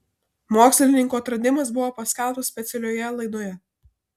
mokslininkų atradimas buvo paskelbtas specialioje laidoje